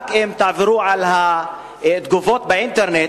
אם רק תעברו על התגובות באינטרנט,